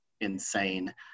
insane